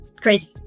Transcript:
Crazy